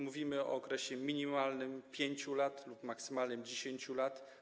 Mówimy o okresie minimalnym - 5 lat lub maksymalnym - 10 lat.